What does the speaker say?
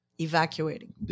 Evacuating